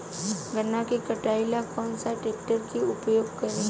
गन्ना के कटाई ला कौन सा ट्रैकटर के उपयोग करी?